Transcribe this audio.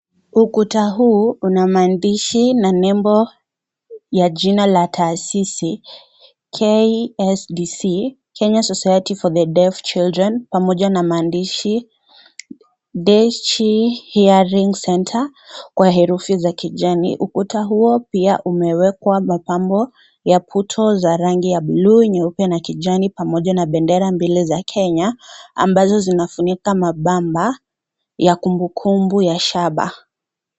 Ukuta huu una maandishina nembo ya jina la taasisi KSDC (Kenya society for the deaf children) pamoja na maandishi Deshi hearing center .Ukuta huo pia imewekwa mapambo ya buto za rangi ya blue nyeupe na kijani pamoja na bendera mbili za Kenya ambazo zinafunika mapambo ya kumbukumbu ya shaba.